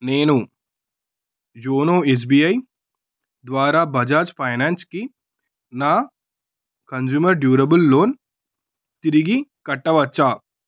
నేను YONO SBI ద్వారా బజాజ్ ఫైనాన్స్కి నా కంజ్యూమర్ డ్యూరబుల్ లోన్ తిరిగి కట్టవచ్చా